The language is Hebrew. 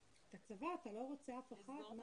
הצבא, אתה לא רוצה אף אחד?